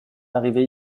arrivés